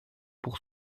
pour